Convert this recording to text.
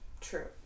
True